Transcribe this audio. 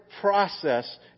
process